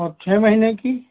औ छः महीने की